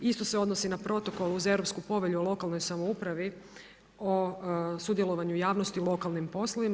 Isto se odnosi na protokol uz Europsku povelju o lokalnoj samoupravi o sudjelovanju javnosti u lokalnim poslovima.